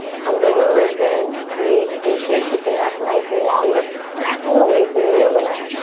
hug the low ribs in. breathe deep here. keep the neck nice and long. you're pressing away from the yoga mat.